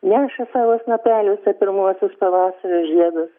neša savo snapeliuose pirmuosius pavasario žiedus